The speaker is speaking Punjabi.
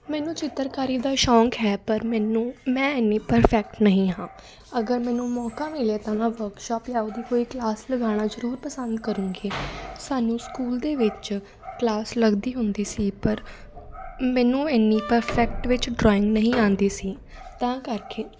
ਮੈਨੂੰ ਚਿੱਤਰਕਾਰੀ ਦਾ ਸ਼ੌਕ ਹੈ ਪਰ ਮੈਨੂੰ ਮੈਂ ਇੰਨੀ ਪਰਫੈਕਟ ਨਹੀਂ ਹਾਂ ਅਗਰ ਮੈਨੂੰ ਮੌਕਾ ਮਿਲਿਆ ਤਾਂ ਮੈਂ ਵਰਕਸ਼ੋਪ ਜ਼ਾਂ ਉਹਦੀ ਕੋਈ ਕਲਾਸ ਲਗਾਉਣਾ ਜ਼ਰੂਰ ਪਸੰਦ ਕਰੂੰਗੀ ਸਾਨੂੰ ਸਕੂਲ ਦੇ ਵਿੱਚ ਕਲਾਸ ਲੱਗਦੀ ਹੁੰਦੀ ਸੀ ਪਰ ਮੈਨੂੰ ਇੰਨੀ ਪਰਫੈਕਟ ਵਿੱਚ ਡਰਾਇੰਗ ਨਹੀਂ ਆਉਂਦੀ ਸੀ ਤਾਂ ਕਰਕੇ